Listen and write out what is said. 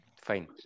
fine